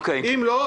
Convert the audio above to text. אם לא,